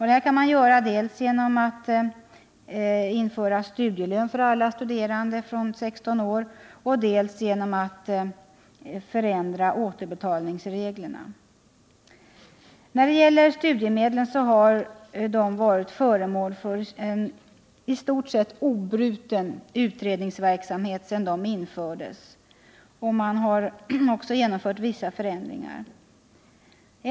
Detta kan göras dels genom att införa studielön för alla studerande över 16 år, dels genom att förändra återbetalningsreglerna. Studiemedlen har varit föremål för en i stort sett obruten utredningsverksamhet sedan de infördes och man har också genomfört vissa förändringar.